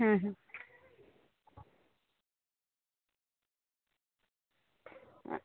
হুম